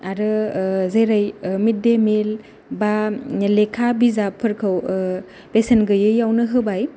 आरो जेरै mid day meal बा लेखा बिजाबफोरखौ बेसेन गैयैयावनो होबाय